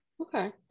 okay